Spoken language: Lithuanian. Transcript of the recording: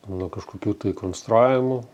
nuo kažkokių tai konstravimų